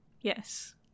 Yes